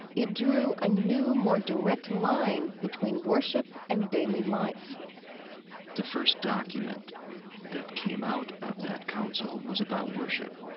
it drew a new, more direct line between worship and daily life the first document that came out of that council was about worship,